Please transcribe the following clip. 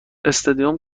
استادیوم